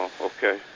okay